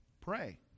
Pray